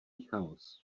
chaos